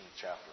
chapter